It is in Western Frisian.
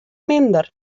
minder